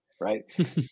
right